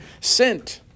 sent